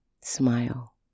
Smile